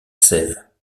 sève